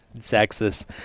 Texas